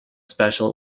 special